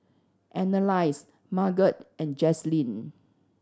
Annalise Marget and Jazlyn